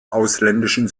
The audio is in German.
ausländischen